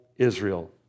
Israel